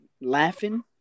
laughing